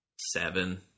seven